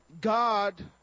God